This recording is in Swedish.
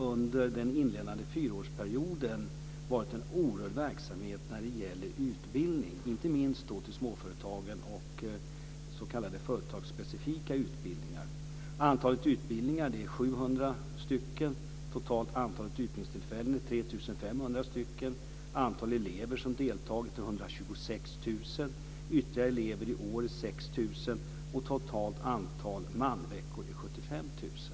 Under den inledande fyraårsperioden har det varit en oerhörd verksamhet när det gäller utbildning, inte minst för småföretagen och företagsspecifika utbildningar. Antalet utbildningar är 700. Totala antalet utbildningstillfällen är 3 500. Antal elever som har deltagit är 126 000. Ytterligare elever i år är 6 000. Totalt antal manveckor är 75 000.